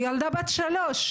וילדה בת שלוש,